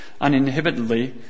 uninhibitedly